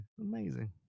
amazing